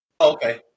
okay